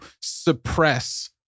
suppress